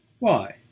Why